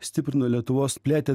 stiprino lietuvos plėtė